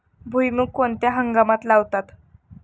भुईमूग कोणत्या हंगामात लावतात?